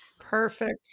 Perfect